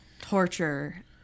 torture